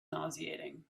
nauseating